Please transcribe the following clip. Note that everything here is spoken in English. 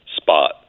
spot